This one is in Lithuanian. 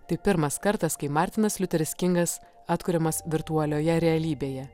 tai pirmas kartas kai martinas liuteris kingas atkuriamas virtualioje realybėje